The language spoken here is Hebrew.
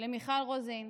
למיכל רוזין,